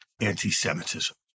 anti-Semitism